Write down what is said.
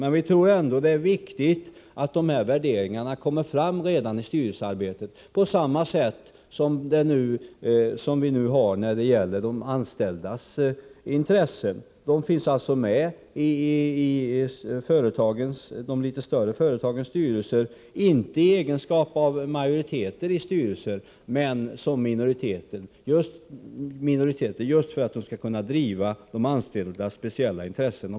Men vi tror ändå att det är viktigt att de här värderingarna kommer fram redan i styrelsearbetet på samma sätt som när det gäller de anställdas intressen. Representanter för dessa finns alltså med i de större företagens styrelser, inte i egenskap av majoriteter men som minoriteter, just för att de skall kunna driva de anställdas speciella intressen.